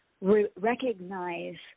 recognize